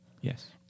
Yes